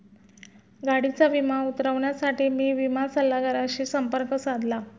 गाडीचा विमा उतरवण्यासाठी मी विमा सल्लागाराशी संपर्क साधला